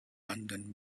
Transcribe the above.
london